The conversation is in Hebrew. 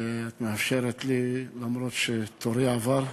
שאת מאשרת לי למרות שתורי עבר,